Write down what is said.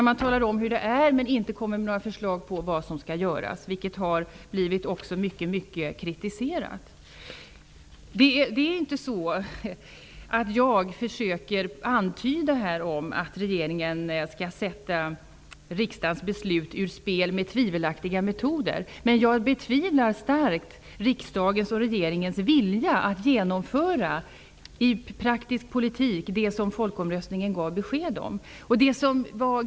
Man talar om hur det är men kommer inte med några förslag på vad som skall göras, något som har blivit mycket, mycket kritiserat. Jag försöker inte antyda att regeringen skall sätta riksdagens beslut ur spel med tvivelaktiga metoder. Men jag betvivlar starkt riksdagens och regeringens vilja att i praktisk politik genomföra det som folkomröstningen gav besked om.